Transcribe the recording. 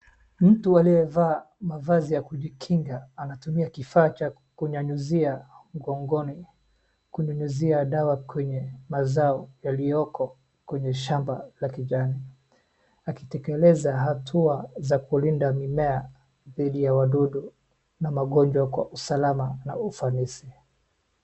Mtu aliyevaa mavazi ya kujikinga anatumia kifaa cha kunyanyuzia mgongoni kunyunyuzia dawa kwenye mazao yaliyoko kwenye shamba la kijani. Akitekeleza hatua za kulinda mimea dhidi ya wadudu na magonjwa kwa usalama na ufanisi.